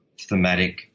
thematic